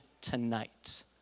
tonight